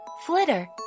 Flitter